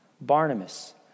Barnabas